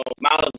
Miles